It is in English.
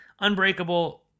unbreakable